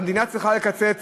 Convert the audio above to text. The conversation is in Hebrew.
המדינה צריכה לקצץ